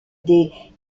des